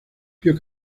pío